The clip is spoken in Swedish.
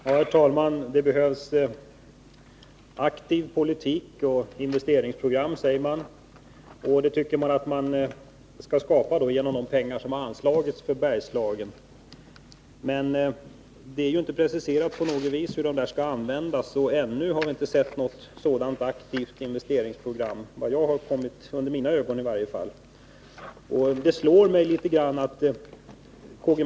Herr talman! Det behövs en aktiv politik och investeringsprogram, sägs det, och det tycker man skall skapas genom de pengar som anslagits för Bergslagen. Men man har ju inte på något sätt preciserat hur pengarna skall användas. Och ännu har vi inte sett något sådant aktivt investeringsprogram; i varje fall har inte något sådant kommit under mina ögon. Det slår mig litet grand att K.-G.